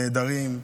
נעדרים,